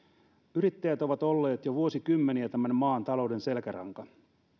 yrittäjät ovat olleet jo vuosikymmeniä tämän maan talouden selkäranka